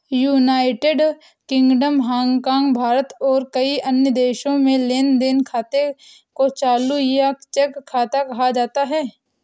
United Kingdom, Hong Kong, भारत और कई अन्य देशों में लेन देन खाते को चालू या चेक खाता कहा जाता है